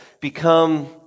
become